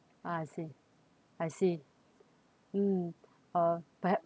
ah I see I see mm uh perhap